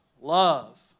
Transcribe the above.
Love